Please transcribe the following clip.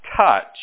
touch